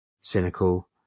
cynical